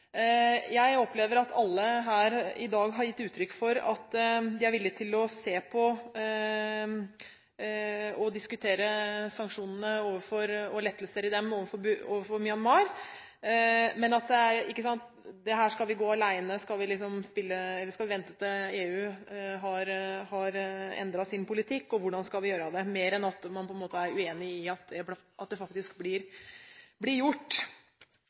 Jeg opplever at alle her i dag har gitt uttrykk for at de er villige til å se på og diskutere sanksjonene, og lettelser i dem, overfor Myanmar, men at det handler mer om man skal gå alene eller vente på at EU har endret sin politikk – og hvordan skal vi gjøre det – enn om at man er uenig i at det faktisk blir gjort. Personlig mener jeg vel at